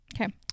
Okay